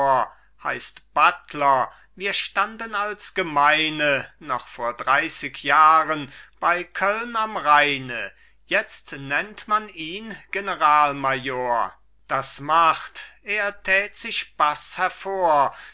heißt buttler wir standen als gemeine noch vor dreißig jahren bei köln am rheine jetzt nennt man ihn generalmajor das macht er tät sich baß hervor